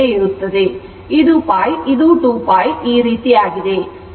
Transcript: ಇದು π ಇದು 2π ಈ ರೀತಿ ಆಗಿದೆ